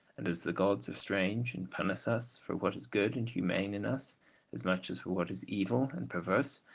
and as the gods are strange, and punish us for what is good and humane in us as much as for what is evil and perverse,